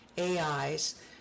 AIs